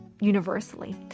universally